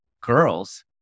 girls